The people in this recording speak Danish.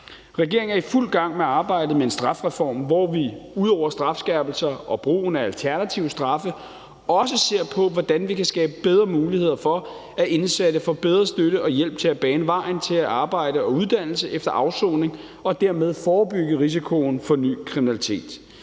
Regeringen er i fuld gang med arbejdet med en strafreform, hvor vi ud over strafskærpelser og brugen af alternative straffe også ser på, hvordan vi kan skabe bedre muligheder for, at indsatte får bedre støtte og hjælp til at bane vejen til arbejde og uddannelse efter afsoning, og dermed forebygge risikoen for ny kriminalitet.